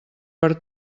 per